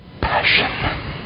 Passion